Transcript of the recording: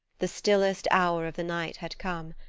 the stillest hour of the night had come,